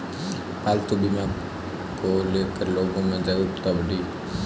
पालतू बीमा को ले कर लोगो में जागरूकता बढ़ी है